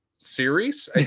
series